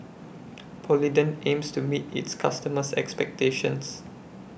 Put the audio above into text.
Polident aims to meet its customers' expectations